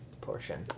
portion